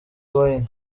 wayne